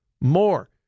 more